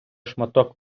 шматок